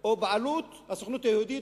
או בעלות הסוכנות היהודית,